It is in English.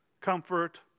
Comfort